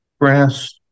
grass